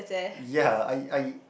ya I I